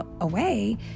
away